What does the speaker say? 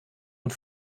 und